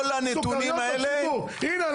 כל הנתונים האלה --- הנה,